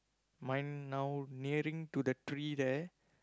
mine now nearing to the tree there